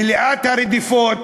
מלאת הרדיפות,